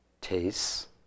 tastes